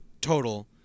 Total